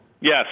Yes